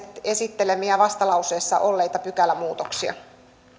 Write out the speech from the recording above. esittelemiä vastalauseessa olleita pykälämuutoksia